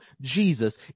Jesus